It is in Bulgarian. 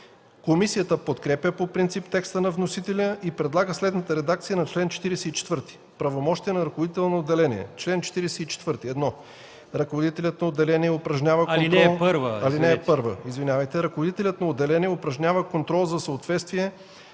Комисията подкрепя по принцип текста на вносителя и предлага следната редакция на § 3.